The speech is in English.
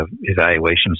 evaluations